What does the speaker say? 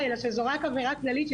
צר לי שהפרקליטות לא נמצאת פה,